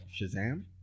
Shazam